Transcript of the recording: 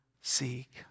seek